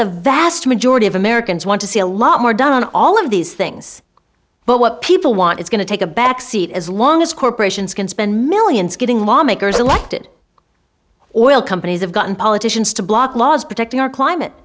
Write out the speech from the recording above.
the vast majority of americans want to see a lot more done all of these things but what people want it's going to take a backseat as long as corporations can spend millions getting lawmakers elected or oil companies have gotten politicians to block laws protecting our climate